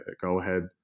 go-ahead